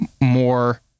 more